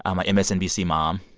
um ah msnbc mom?